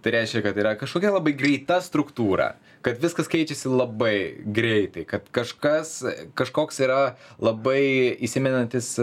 tai reiškia kad yra kažkokia labai greita struktūra kad viskas keičiasi labai greitai kad kažkas kažkoks yra labai įsimenantis